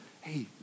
hey